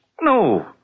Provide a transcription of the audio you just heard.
No